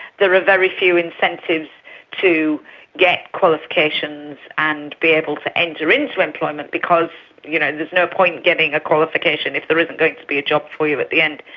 there are very few incentives to get qualifications and be able to enter into employment because there's no point getting a qualification if there isn't going to be a job for you at the end.